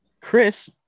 Chris